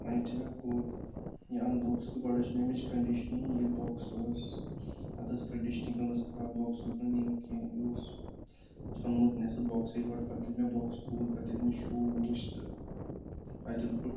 وۅنۍ یِتھُے مےٚ کوٚڈ یہِ اَن بۅکُس تہٕ گۅڈٕ وُچھ مےٚ اَمِچ کٔنٛڈِشَنٕے یہِ بۅکُس اوس اَتھ ٲسۍ کٔنٛڈِشنٕے گٲمٕژ خَراب بۅکُس اوس نہٕ نیٛوٗ کیٚنٛہہ یہِ اوس ژِھیٚونمُت نٮ۪صف بۅکسٕے پَتہٕ ییٚلہِ مےٚ بۅکُس کھوٗل پَتہٕ ییٚلہِ مےٚ شوٗ وُچھ تہٕ اَتہِ اوس گۅڈٕ